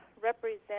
represent